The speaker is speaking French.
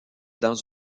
dans